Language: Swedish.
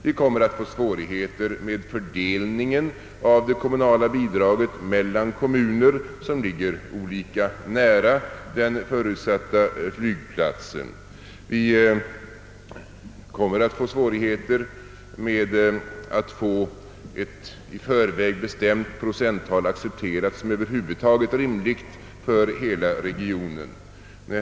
Vi kommer att få svårigheter med fördelningen av de kommunala bidragen mellan kommuner som ligger kvar på olika avstånd från en planerad flygplats, och det kommer att bli svårigheter att få ett i förväg bestämt procenttal accepterat som rimligt för hela regionen.